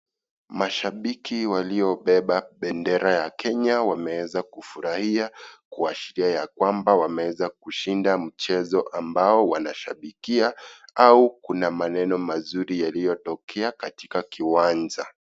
Mashabiki waliobeba bendera ya Kenya wameweza kufurahia kuashiria ya kwamba wameweza kushinda mchezo ambao wanashabikia au kuna maneno mazuri yaliyotokea katika kiwanja.